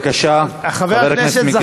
בבקשה, חבר הכנסת מיקי לוי.